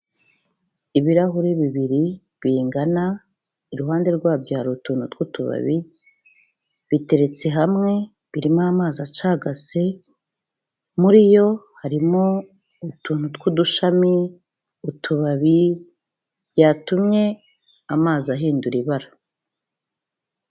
Ibirahuri bibiri bingana. Iruhande rwabyo hari utuntu tw'utubabi, biteretse hamwe birimo amazi acagase. Muri yo harimo utuntu tw'udushami, utubabi byatumye amazi ahindura ibara.